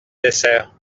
dessert